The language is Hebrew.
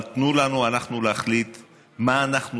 אבל תנו לנו אנחנו להחליט מה אנחנו